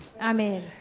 Amen